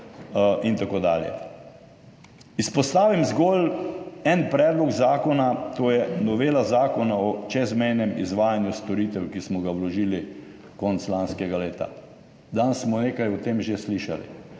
in tako dalje. Izpostavim zgolj en predlog zakona, to je novela Zakona o čezmejnem izvajanju storitev, ki smo jo vložili konec lanskega leta. Danes smo nekaj o tem že slišali.